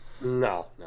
No